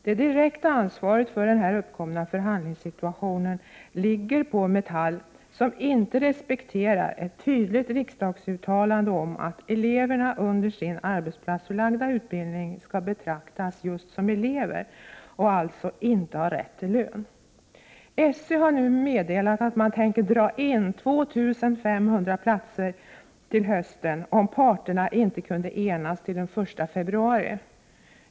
Det direkta ansvaret för den uppkomna förhandlingssituationen ligger på Metall, som inte respekterar ett tydligt riksdagsuttalande om att eleverna under sin arbetsplatsförlagda utbildning skall betraktas just som elever och således inte ha rätt till lön. SÖ har nu meddelat att man tänker dra in 2 500 platser till hösten om parterna inte har kunnat enas före den 1 februari.